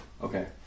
Okay